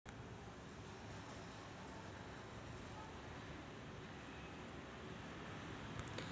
कमी पाणी पुरवठ्याने जमिनीची क्षारता वाढते